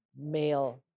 male